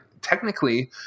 Technically –